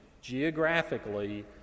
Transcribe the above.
geographically